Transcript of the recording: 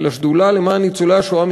לשדולה למען ניצולי השואה,